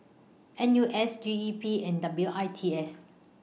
N U S G E P and W I T S